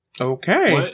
Okay